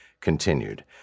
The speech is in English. continued